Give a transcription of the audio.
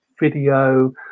video